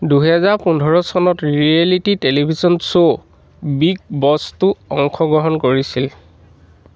দুহেজাৰ পোন্ধৰ চনত ৰিয়েলিটি টেলিভিছন শ্ব' বিগ বছতো অংশগ্ৰহণ কৰিছিল